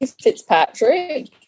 Fitzpatrick